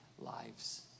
lives